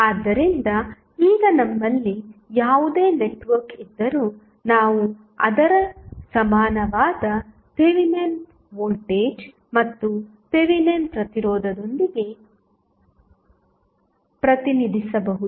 ಆದ್ದರಿಂದ ಈಗ ನಮ್ಮಲ್ಲಿ ಯಾವುದೇ ನೆಟ್ವರ್ಕ್ ಇದ್ದರೂ ನಾವು ಅದರ ಸಮಾನವಾದ ಥೆವೆನಿನ್ ವೋಲ್ಟೇಜ್ ಮತ್ತು ಥೆವೆನಿನ್ ಪ್ರತಿರೋಧದೊಂದಿಗೆ ಪ್ರತಿನಿಧಿಸಬಹುದು